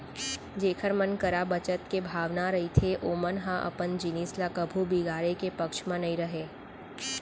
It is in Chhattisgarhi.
जेखर मन करा बचत के भावना रहिथे ओमन ह अपन जिनिस ल कभू बिगाड़े के पक्छ म नइ रहय